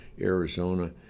Arizona